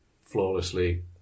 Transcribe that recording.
flawlessly